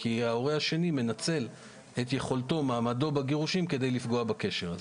כי ההורה השני מנצל את יכולתו או מעמדו בגירושין כדי לפגוע בקשר הזה.